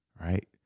right